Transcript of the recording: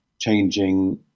changing